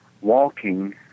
walking